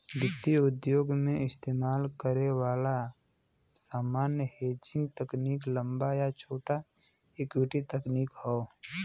वित्तीय उद्योग में इस्तेमाल करे वाला सामान्य हेजिंग तकनीक लंबा या छोटा इक्विटी तकनीक हौ